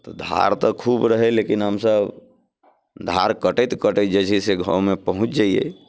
तऽ धार तऽ खूब रहै लेकिन हमसभ धार कटैत कटैत जे छै से गाममे पहुँच जैयै